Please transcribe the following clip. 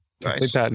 Nice